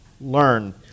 learn